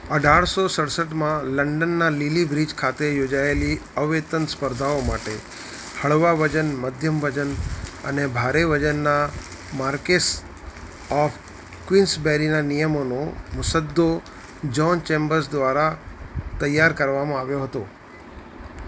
અઢારસો સડસઠમાં લંડનના લિલી બ્રિજ ખાતે યોજાયેલી અવેતન સ્પર્ધાઓ માટે હળવા વજન મધ્યમ વજન અને ભારે વજનના માર્કેસ્સ ઑફ ક્વીન્સબેરીના નિયમોનો મુસદ્દો જ્હોન ચેમ્બર્સ દ્વારા તૈયાર કરવામાં આવ્યો હતો